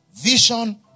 Vision